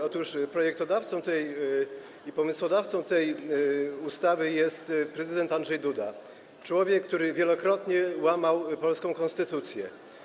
Otóż projektodawcą i pomysłodawcą tej ustawy jest prezydent Andrzej Duda, człowiek, który wielokrotnie łamał polską konstytucję.